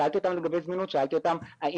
שאלתי אותם לגבי זמינות,